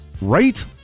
right